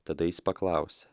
tada jis paklausė